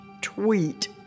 tweet